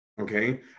Okay